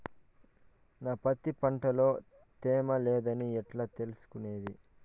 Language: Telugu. నా పత్తి పంట లో తేమ లేదని ఎట్లా తెలుసుకునేది?